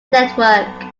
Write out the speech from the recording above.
network